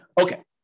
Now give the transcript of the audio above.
Okay